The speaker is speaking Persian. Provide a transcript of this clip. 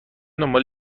دنبال